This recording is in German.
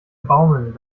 baumeln